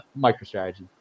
MicroStrategy